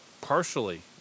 partially